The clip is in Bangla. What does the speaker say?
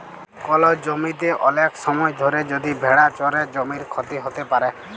কল জমিতে ওলেক সময় ধরে যদি ভেড়া চরে জমির ক্ষতি হ্যত প্যারে